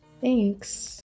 Thanks